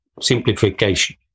simplification